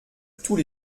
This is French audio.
tous